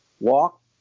walk